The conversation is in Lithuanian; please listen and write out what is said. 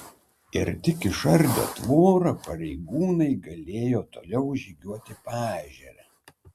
ir tik išardę tvorą pareigūnai galėjo toliau žygiuoti paežere